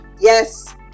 Yes